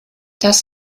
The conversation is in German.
das